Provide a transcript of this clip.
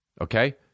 okay